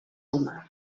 humà